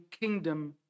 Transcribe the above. kingdom